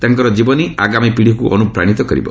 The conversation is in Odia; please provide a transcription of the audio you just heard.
ତାଙ୍କର ଜୀବନୀ ଆଗାମୀ ପୀଢ଼ିକୁ ଅନୁପ୍ରାଣିତ କରିବ